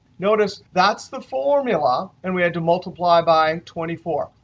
notice that's the formula, and we had to multiply by twenty four,